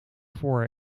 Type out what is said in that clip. voor